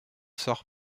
sort